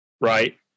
right